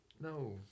No